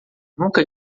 nunca